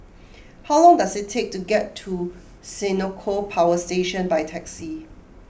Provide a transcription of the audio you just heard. how long does it take to get to Senoko Power Station by taxi